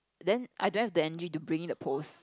then I don't have the energy to bring in the poles